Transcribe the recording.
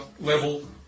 level